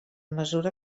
mesura